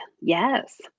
yes